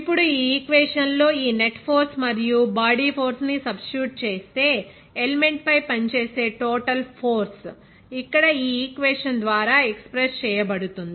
ఇప్పుడు ఈ ఈ క్వేషన్ లో ఈ నెట్ ఫోర్స్ మరియు బాడీ ఫోర్స్ ని సబ్స్టిట్యూట్ చేస్తే ఎలిమెంట్ పై పనిచేసే టోటల్ ఫోర్స్ ఇక్కడ ఈ ఈ క్వేషన్ ద్వారా ఎక్స్ప్రెస్ చేయబడుతుంది